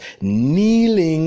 kneeling